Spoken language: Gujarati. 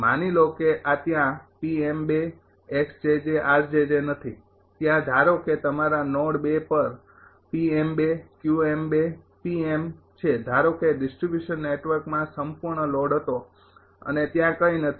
માની લો કે આ ત્યાં નથી ત્યાં ધારો કે તમારા નોડ ૨ પર છે ધારો કે ડિસ્ટ્રિબ્યુશન નેટવર્કમાં સંપૂર્ણ લોડ હતો અને ત્યાં કંઈ નથી